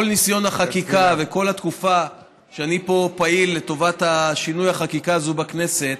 ניסיון החקיקה וכל התקופה שאני פה פעיל לטובת שינוי החקיקה הזאת בכנסת,